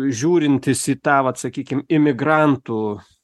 žiūrintis į tą vat sakykim imigrantų